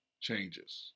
changes